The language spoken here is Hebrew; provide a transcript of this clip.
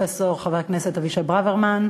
פרופסור חבר הכנסת אבישי ברוורמן.